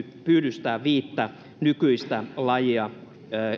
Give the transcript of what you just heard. pyydystää viittä nykyisiä lajeja